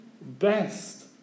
best